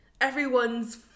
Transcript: everyone's